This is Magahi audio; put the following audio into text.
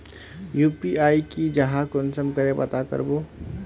यु.पी.आई की जाहा कुंसम करे पता करबो?